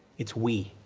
it's we.